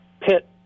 pit